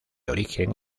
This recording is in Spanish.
origen